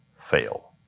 fail